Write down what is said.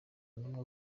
n’umwe